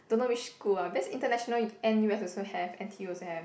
don't know which school ah best international N_U_S also have N_T_U also have